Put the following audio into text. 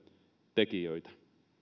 tekijöitä